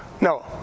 No